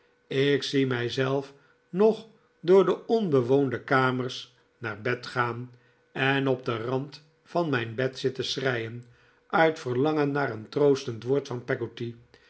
ik zie mij zelf nog door de onbewoonde kamers naar bed gaan en op den rand van mijn bed zitten schreien uit verlangen naar een troostend woord van